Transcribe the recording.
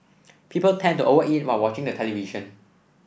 people tend to over eat while watching the television